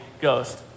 Ghost